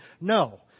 No